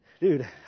dude